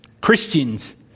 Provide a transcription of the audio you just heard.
Christians